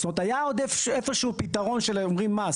זאת אומרת, היה עוד איפשהו פתרון של כסף.